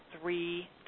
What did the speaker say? three